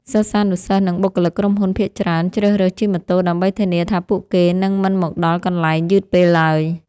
សិស្សានុសិស្សនិងបុគ្គលិកក្រុមហ៊ុនភាគច្រើនជ្រើសរើសជិះម៉ូតូដើម្បីធានាថាពួកគេនឹងមិនមកដល់កន្លែងយឺតពេលឡើយ។